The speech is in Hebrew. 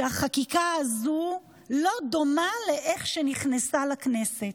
שהחקיקה הזו לא דומה לאיך שהיא נכנסה לכנסת.